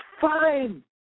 fine